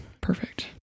perfect